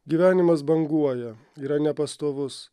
gyvenimas banguoja yra nepastovus